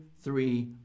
three